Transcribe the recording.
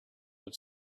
have